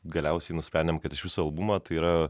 galiausiai nusprendėme kad iš viso albumo tai yra